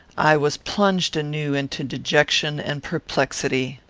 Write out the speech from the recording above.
i was plunged anew into dejection and perplexity.